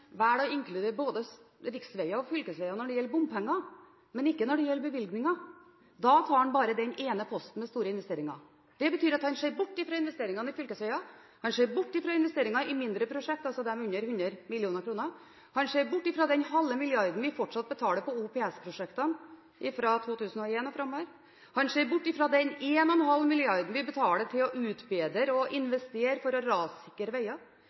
å inkludere både riksveier og fylkesveier når det gjelder bompenger, men ikke når det gjelder bevilgninger – da tar han bare den ene posten med store investeringer. Det betyr at han ser bort fra investeringene i fylkesveier, han ser bort fra investeringer i mindre prosjekt, altså de under 100 mill. kr, han ser bort fra den halve milliarden vi fortsatt betaler på OPS-prosjektene fra 2001, han ser bort fra de 1,5 mrd. kr vi betaler for å utbedre og investere for å rassikre veier,